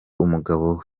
umugabo